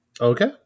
Okay